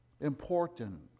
important